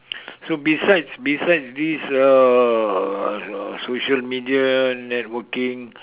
so besides besides this uh social media networking